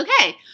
Okay